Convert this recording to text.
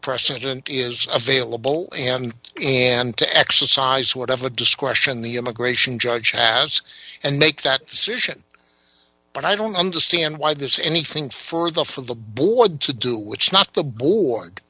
precedent is available and and to exercise whatever discretion the immigration judge has and make that decision but i don't understand why there's anything for the for the board to do which not the board